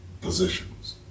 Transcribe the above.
positions